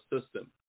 system